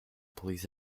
police